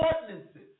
ordinances